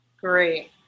Great